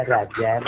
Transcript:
Raja